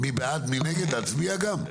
מי בעד, מי נגד, להצביע גם?